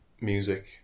music